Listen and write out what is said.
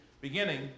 beginning